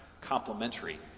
complementary